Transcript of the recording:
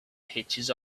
pictures